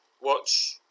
watch